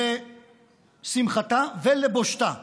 לשמחתה ולבושתה,